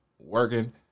working